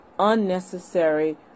unnecessary